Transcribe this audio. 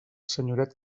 senyoret